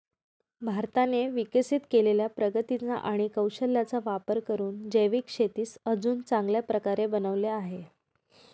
भारताने विकसित केलेल्या प्रगतीचा आणि कौशल्याचा वापर करून जैविक शेतीस अजून चांगल्या प्रकारे बनवले आहे